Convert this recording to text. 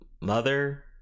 Mother